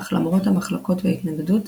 אך למרות המחלוקות וההתנגדות,